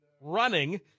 running